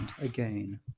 again